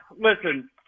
Listen